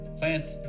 plants